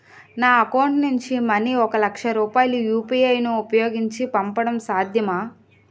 నా అకౌంట్ నుంచి మనీ ఒక లక్ష రూపాయలు యు.పి.ఐ ను ఉపయోగించి పంపడం సాధ్యమా?